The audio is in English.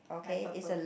like purple